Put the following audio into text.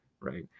right